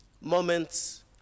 moments